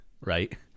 right